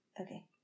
Okay